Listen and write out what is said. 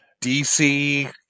DC